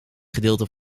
gedeelte